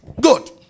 good